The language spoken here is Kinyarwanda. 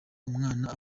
umwana